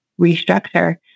restructure